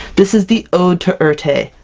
this is the ode to erte!